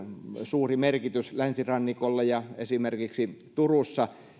suuri merkitys länsirannikolle esimerkiksi turussa